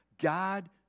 God